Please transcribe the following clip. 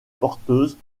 porteuses